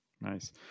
Nice